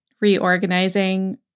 reorganizing